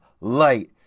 light